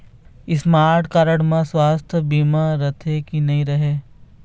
Smart card म सुवास्थ बीमा रथे की नई रहे?